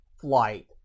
flight